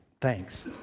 Thanks